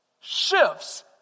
shifts